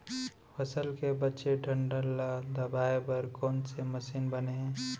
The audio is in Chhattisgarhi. फसल के बचे डंठल ल दबाये बर कोन से मशीन बने हे?